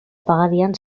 pagadian